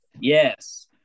Yes